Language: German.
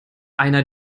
einer